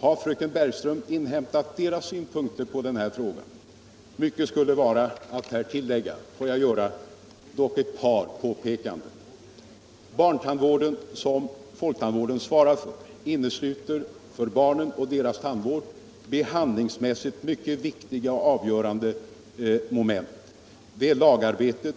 Har fröken Bergström inhämtat deras synpunkier på den här frågan? Mvycket skulle vara att här villägga. Får jag bara göra ett par påpekanden. Barntandvården, som folktandvården svarar för. innesluter för barnen och deras tandvård behandlingsmässigt mycket viktiga och avgörande momenti. Det är lagarbetet,